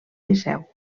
liceu